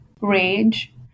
rage